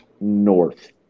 north